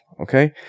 okay